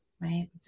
Right